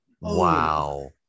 Wow